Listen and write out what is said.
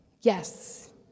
Yes